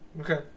okay